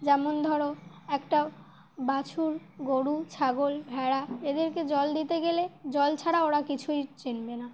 যেমন ধরো একটা বাছুর গরু ছাগল ভেড়া এদেরকে জল দিতে গেলে জল ছাড়া ওরা কিছুই চিনবে না